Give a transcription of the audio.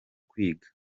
kwiga